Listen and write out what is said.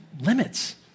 limits